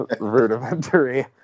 rudimentary